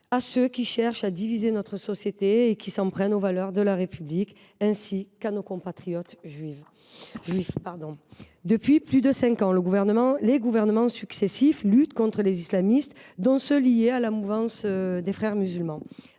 à ceux qui cherchent à diviser notre société et qui s’en prennent aux valeurs de la République, ainsi qu’à nos compatriotes juifs. Depuis plus de cinq ans, les gouvernements successifs luttent contre les islamistes, qu’ils soient liés à la mouvance des Frères musulmans